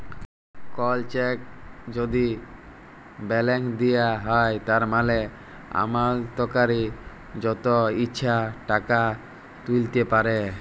call check যদি blank দিঁয়া হ্যয় তার মালে আমালতকারি যত ইছা টাকা তুইলতে পারে